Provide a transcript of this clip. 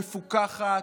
מפוקחת,